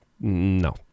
no